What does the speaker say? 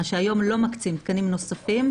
והיום לא מקצים תקנים נוספים,